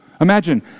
Imagine